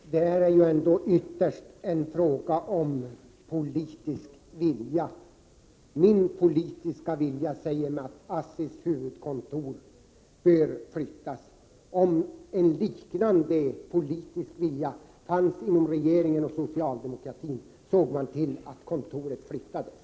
Fru talman! Det här är ändå ytterst en fråga om politisk vilja. Enligt min politiska vilja bör ASSI:s huvudkontor flyttas. Om man inom regeringen och inom socialdemokratin hade en sådan vilja skulle man se till att kontoret flyttades.